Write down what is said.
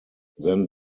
then